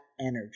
energy